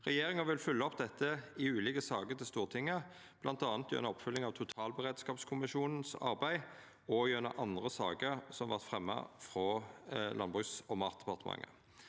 Regjeringa vil følgja opp dette i ulike saker til Stortinget, bl.a. gjennom oppfølging av totalberedskapskommisjonens arbeid og gjennom andre saker som vert fremja frå Landbruks- og matdepartementet.